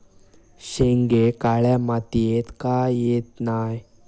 शेंगे काळ्या मातीयेत का येत नाय?